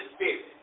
spirit